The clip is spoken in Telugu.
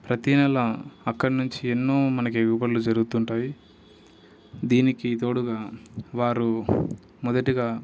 ప్రతి నెలా అక్కడ నుంచి ఎన్నో మనకి ఎగుబడులు జరుగుతూ ఉంటాయి దీనికి తోడుగా వారు మొదటిగా